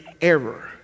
error